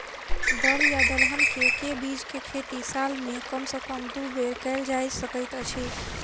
दल या दलहन केँ के बीज केँ खेती साल मे कम सँ कम दु बेर कैल जाय सकैत अछि?